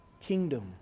kingdom